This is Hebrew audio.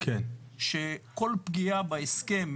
שכל פגיעה בהסכם,